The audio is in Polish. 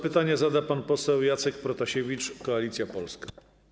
Pytania zada pan poseł Jacek Protasiewicz, Koalicja Polska.